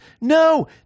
No